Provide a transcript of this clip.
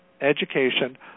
education